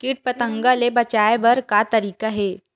कीट पंतगा ले बचाय बर का तरीका हे?